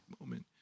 moment